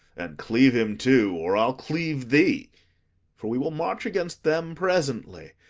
and cleave him too, or i'll cleave thee for we will march against them presently.